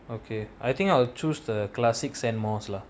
okay I think I will choose the classics sainmouse